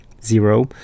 zero